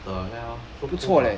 what the hell